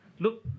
Look